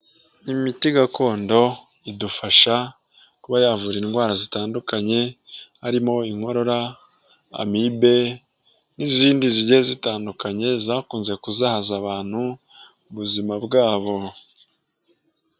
Imiti gakondo idufasha kuba yavura indwara zitandukanye, harimo inkorora, amibe n'izindi zigiye zitandukanye zakunze kuzahaza abantu ubuzima bwabo.